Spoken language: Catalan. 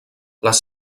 les